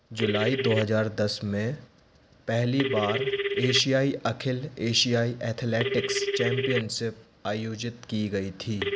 जुलाई दो हजार दस में पहली बार एशियाई अखिल एशियाई एथलेटिक्स चैम्पियनशिप आयोजित की गई थी